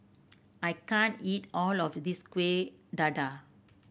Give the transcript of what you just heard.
I can't eat all of this Kueh Dadar